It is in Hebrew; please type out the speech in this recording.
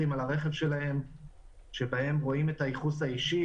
על הרכב שלהם שבהם רואים את הייחוס האישי.